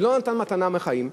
ולא נתן מתנה מחיים,